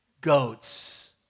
goats